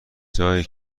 جایی